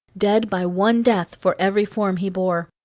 dead by one death for every form he bore.